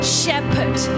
shepherd